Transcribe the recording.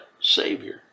Savior